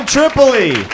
Tripoli